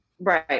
Right